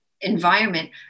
environment